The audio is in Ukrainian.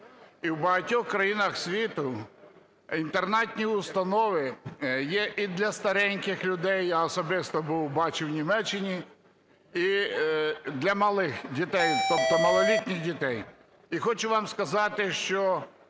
І в багатьох країнах світу інтернатні установи є і для стареньких людей, я особисто був, бачив в Німеччині, і для малих дітей, тобто малолітніх дітей. І хочу вам сказати, що